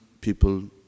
people